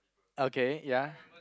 okay ya